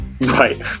Right